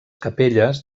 capelles